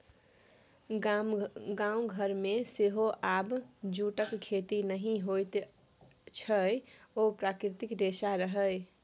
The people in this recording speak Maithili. गाम घरमे सेहो आब जूटक खेती नहि होइत अछि ओ प्राकृतिक रेशा रहय